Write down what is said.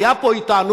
היה פה אתנו,